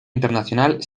internacional